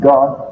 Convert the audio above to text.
God